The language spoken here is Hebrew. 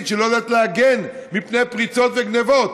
שהיא לא יודעת להגן מפני פריצות וגנבות.